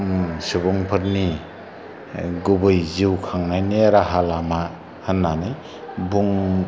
सुबुंफोरनि गुबै जिउ खांनायनि राहा लामा होन्नानै